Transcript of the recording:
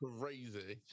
Crazy